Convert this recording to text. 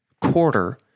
quarter